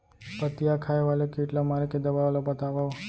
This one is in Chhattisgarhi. पत्तियां खाए वाले किट ला मारे के दवा ला बतावव?